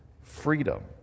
freedom